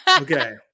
Okay